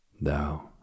thou